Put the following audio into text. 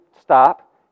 stop